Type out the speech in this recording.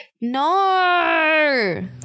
No